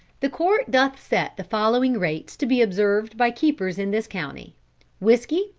the court doth set the following rates to be observed by keepers in this county whiskey,